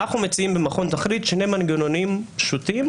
אנחנו מציעים במכון תכלית שני מנגנונים פשוטים,